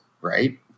right